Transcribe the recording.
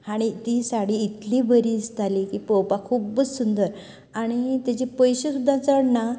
आनी तीं साडी इतली बरी दिसताली की पळोवपाक खूब सुंदर आनी तेचे पयशें सुद्दां चड ना